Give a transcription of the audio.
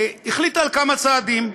החליטה על כמה צעדים,